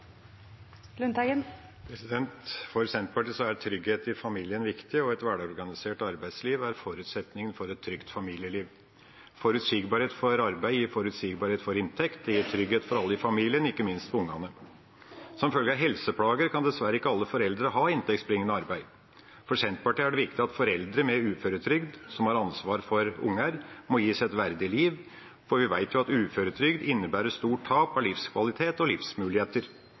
For Senterpartiet er trygghet i familien viktig, og et velorganisert arbeidsliv er forutsetningen for et trygt familieliv. Forutsigbarhet for arbeid gir forutsigbarhet for inntekt. Det gir trygghet for alle i familien, ikke minst for barna. Som følge av helseplager kan dessverre ikke alle foreldre ha inntektsbringende arbeid. For Senterpartiet er det viktig at foreldre med uføretrygd som har ansvar for barn, må gis et verdig liv, for vi vet at uføretrygd innebærer et stort tap av livskvalitet og livsmuligheter.